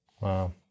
Wow